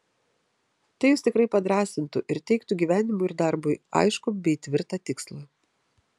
tai jus tikrai padrąsintų ir teiktų gyvenimui ir darbui aiškų bei tvirtą tikslą